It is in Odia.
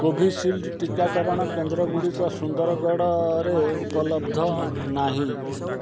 କୋଭିଶିଲ୍ଡ୍ ଟିକାକରଣ କେନ୍ଦ୍ରଗୁଡ଼ିକ ସୁନ୍ଦରଗଡ଼ରେ ଉପଲବ୍ଧ ନାହିଁ